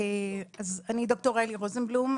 אז אני ד"ר היילי רוזנבלום,